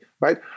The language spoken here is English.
right